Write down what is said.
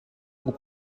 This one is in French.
gros